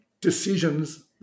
decisions